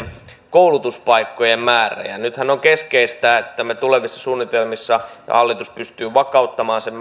koulutuspaikkojen määrä nythän on keskeistä että tulevissa suunnitelmissa hallitus pystyy vakauttamaan